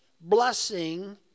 blessing